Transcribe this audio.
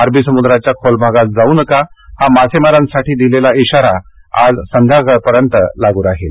अरबी समुद्राच्या खोल भागात जाऊ नका हा मासेमारांसाठी दिलेला इशारा आज संध्याकाळ पर्यंत लागू राहील